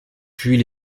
puis